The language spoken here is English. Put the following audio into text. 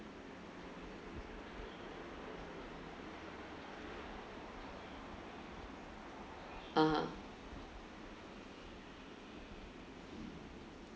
(uh huh)